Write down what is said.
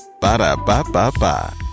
Ba-da-ba-ba-ba